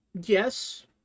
yes